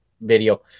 video